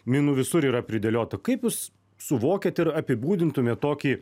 minų visur yra pridėliota kaip jūs suvokiat ir apibūdintumėt tokį